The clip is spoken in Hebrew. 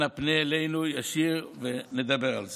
אנא פנה אלינו ישירות ונדבר על זה.